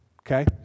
okay